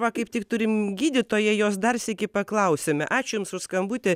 va kaip tik turim gydytoją jos dar sykį paklausėme ačiū jums už skambutį